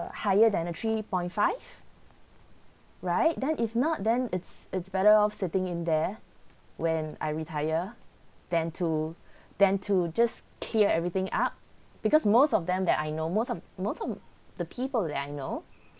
higher than a three point five right then if not then it's it's better off sitting in there when I retire then to then to just tear everything up because most of them that I know most of most of the people that I know